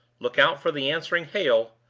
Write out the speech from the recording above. look out for the answering, hail!